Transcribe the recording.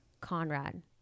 Conrad